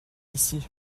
ici